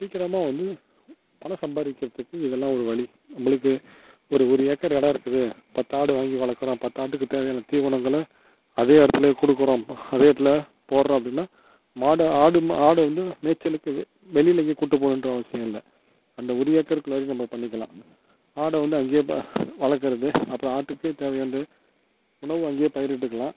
சீக்கிரமாக வந்து பணம் சம்பாதிக்கிறதுக்கு இதெல்லாம் ஒரு வழி உங்களுக்கு ஒரு ஒரு ஏக்கர் இடம் இருக்குது பத்து ஆடு வாங்கி வளர்க்கலாம் பத்து ஆட்டுக்குத் தேவையான தீவனங்களை அதே இடத்துலே கொடுக்குறோம் அதே இடத்தில் போடறோம் அப்படினா மாடு ஆடும் ஆடு வந்து மேய்ச்சலுக்கு வெளியில் எங்கேயும் கூட்டிப்போணுன்ற அவசியம் இல்லை அந்த ஒரு ஏக்கருக்குள்ளாலேயே நம்ம பண்ணிக்கலாம் ஆடை வந்து அங்கேயே வளர்க்குறது அப்புறம் ஆட்டுக்கு தேவையானது உணவு அங்கயே பயிரிட்டுக்கலாம்